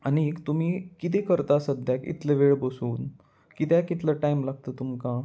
आनीक तुमी कितें करता सद्याक इतले वेळ बसून कित्याक इतलो टायम लागता तुमकां